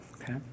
Okay